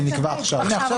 זה נקבע עכשיו.